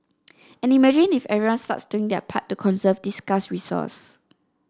and imagine if everyone starts doing their part to conserve this scarce resource